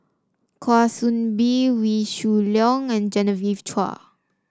Kwa Soon Bee Wee Shoo Leong and Genevieve Chua